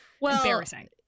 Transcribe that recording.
Embarrassing